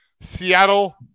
Seattle